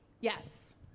Yes